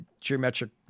geometric